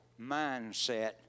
mindset